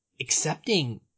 accepting